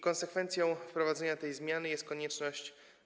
Konsekwencją wprowadzenia tej zmiany jest konieczność